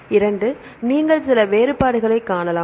2 நீங்கள் சில வேறுபாடுகளைக் காணலாம்